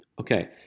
Okay